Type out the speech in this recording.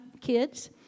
kids